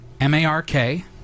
M-A-R-K